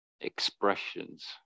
expressions